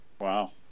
Wow